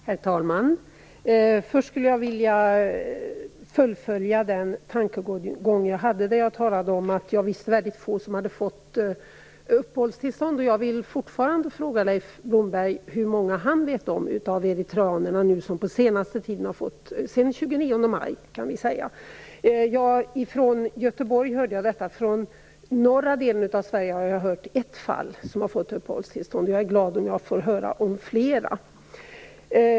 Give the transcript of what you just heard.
Herr talman! Först skulle jag vilja fullfölja den tankegång jag hade när jag talade om att jag visste väldigt få som har fått uppehållstillstånd. Jag vill fortfarande fråga Leif Blomberg hur många han vet om av eritreanerna som sedan den 29 maj har fått uppehållstillstånd. Jag har hört detta från Göteborg. I norra delen av Sverige har jag hört talas om ett fall där en person fått uppehållstillstånd. Jag blir glad om jag får höra talas om flera.